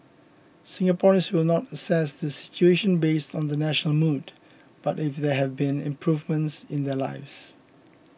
Singaporeans will not assess the situation based on the national mood but if there have been improvements in their lives